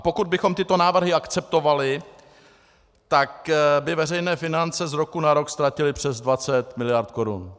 A pokud bychom tyto návrhy akceptovali, tak by veřejné finance z roku na rok ztratily přes 20 mld. korun.